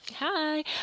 hi